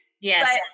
yes